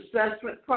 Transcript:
assessment